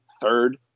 third